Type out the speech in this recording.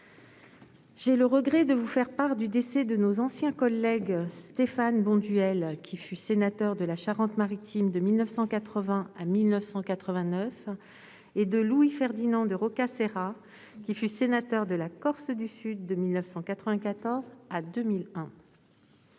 J'ai le regret de vous faire part du décès de nos anciens collègues Stéphane Bonduel, qui fut sénateur de la Charente-Maritime de 1980 à 1989, et Louis-Ferdinand de Rocca Serra, qui fut sénateur de Corse-du-Sud de 1994 à 2001.